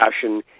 passion